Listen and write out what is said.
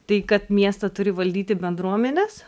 tai kad miestą turi valdyti bendruomenės